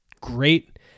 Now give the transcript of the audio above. great